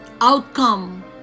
outcome